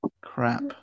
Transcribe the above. crap